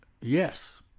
yes